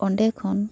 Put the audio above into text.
ᱚᱸᱰᱮ ᱠᱷᱚᱱ